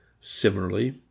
Similarly